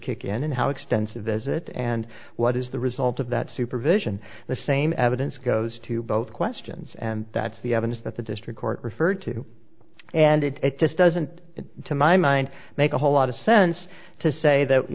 kick in and how extensive is it and what is the result of that supervision the same evidence goes to both questions and that's the evidence that the district court referred to and it just doesn't to my mind make a whole lot of sense to say that you